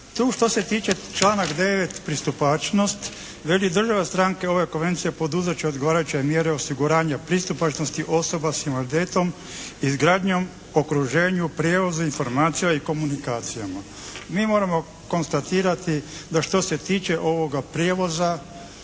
Tu što se tiče članak 9. pristupačnost, veli: «Države stranke ove konvencije poduzet će odgovarajuće mjere osiguranja pristupačnosti osoba s invaliditetom, izgradnjom, okruženju, prijevoza informacija i komunikacijama. Mi moramo konstatirati da što se tiče ovoga prijevoza